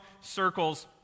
circles